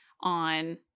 on